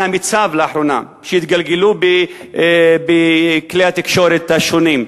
המיצ"ב לאחרונה, שהתגלגלו בכלי התקשורת השונים,